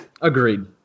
Agreed